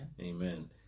Amen